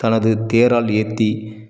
தனது தேரால் ஏற்றி